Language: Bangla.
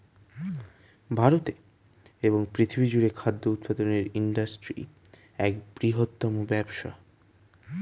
ভারতে এবং পৃথিবী জুড়ে খাদ্য উৎপাদনের ইন্ডাস্ট্রি এক বৃহত্তম ব্যবসা